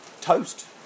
toast